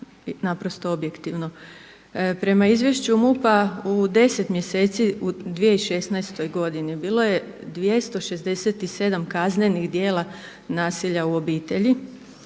naprosto objektivno. Prema izvješću MUP-a u 10 mjeseci u 2016. godini bilo je 267 kaznenih djela nasilja u obitelji